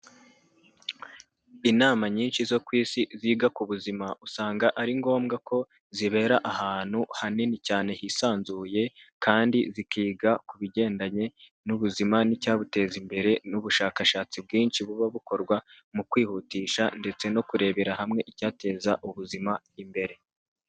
Inama nyinshi zo ku isi ziga ku buzima usanga ari ngombwa ko zibera ahantu hanini cyane hisanzuye kandi zikiga ku bigendanye n'ubuzima n'icyabuteza imbere n'ubushakashatsi bwinshi buba bukorwa mu kwihutisha ndetse no kurebera hamwe icyateza ubuzima imbere.